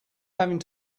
having